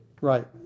Right